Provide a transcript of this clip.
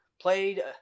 played